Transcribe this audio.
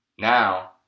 now